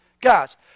Guys